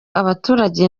abaturage